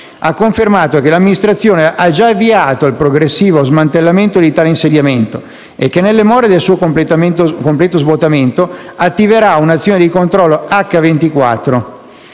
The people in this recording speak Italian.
ha confermato che l'amministrazione ha già avviato il progressivo smantellamento di tale insediamento e che, nelle more del suo completo svuotamento, attiverà un'azione di controllo H24.